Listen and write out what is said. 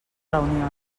reunions